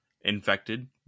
infected